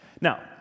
Now